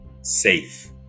safe